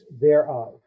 thereof